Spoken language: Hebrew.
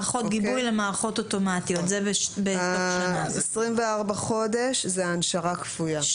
תחילתה של תקנה 13 ביום _______; 24 חודשים זה ההנשרה הכפויה,